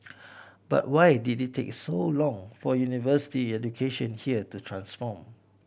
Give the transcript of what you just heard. but why did it take so long for university education here to transform